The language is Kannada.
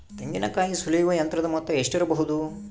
ತೆಂಗಿನಕಾಯಿ ಸುಲಿಯುವ ಯಂತ್ರದ ಮೊತ್ತ ಎಷ್ಟಿರಬಹುದು?